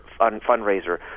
fundraiser